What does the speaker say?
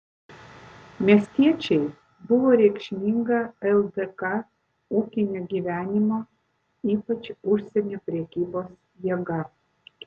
miestiečiai buvo reikšminga ldk ūkinio gyvenimo ypač užsienio prekybos jėga